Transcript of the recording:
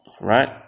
Right